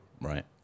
Right